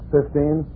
Fifteen